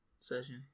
session